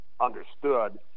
understood